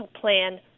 plan